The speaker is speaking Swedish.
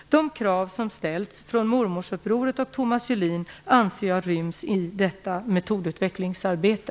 De krav som ställts från mormorsupproret och Thomas Julin anser jag ryms i detta metodutvecklingsarbete.